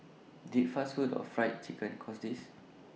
did fast food or Fried Chicken cause this